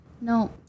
no